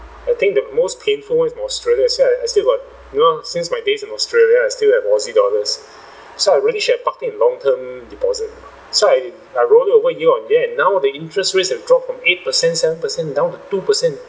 I think the most painful one's in australia see I I still got you know since my days in australia I still have aussie dollars so I really should have parked it in long-term deposit so I I rolled over year on year now the interest rates have dropped from eight per cent seven per cent down two per cent